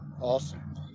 Awesome